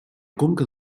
conca